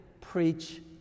preach